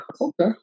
okay